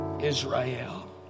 Israel